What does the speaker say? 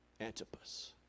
Antipas